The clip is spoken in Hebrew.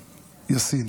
יאסין.